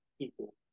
people